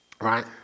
right